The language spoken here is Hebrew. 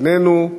איננו,